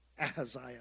Ahaziah